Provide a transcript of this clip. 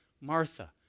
Martha